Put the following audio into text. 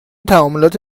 تعاملات